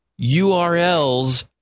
URLs